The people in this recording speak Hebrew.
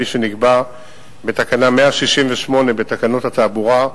כפי שנקבע בתקנה 168 בתקנות התעבורה,